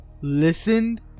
listened